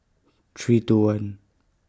three two one